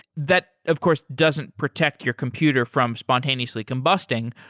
that of course doesn't protect your computer from spontaneously combusting,